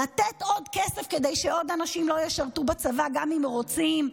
לתת עוד כסף כדי שעוד אנשים לא ישרתו בצבא גם אם הם רוצים?